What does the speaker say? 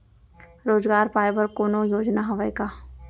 रोजगार पाए बर कोनो योजना हवय का?